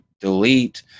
delete